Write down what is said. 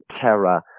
terror